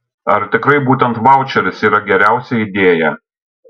ar tikrai būtent vaučeris yra geriausia idėja